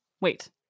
wait